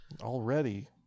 already